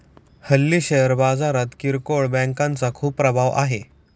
हल्ली शेअर बाजारात किरकोळ बँकांचा खूप प्रभाव आहे